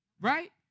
Right